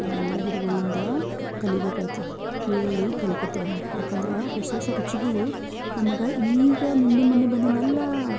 ನಾವೆಲ್ಲ ಹಿರಿಗಳಿಂದ ಕಲಿಬೇಕಾಯಿತು ಕೇಳಿ ಕಲ್ಕೋತಿವಿ ನಾವು ಯಾಕಂದರ ಹೊಸ ಹೊಸ ರುಚಿಗಳು ನಮ್ಗೆ ಈಗ ನಿನ್ನೆ ಮೊನ್ನೆ ಬಂದಿದ್ದಲ್ಲಾ